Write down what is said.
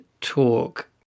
talk